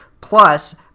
plus